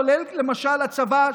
כולל למשל הצבא,